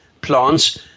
plants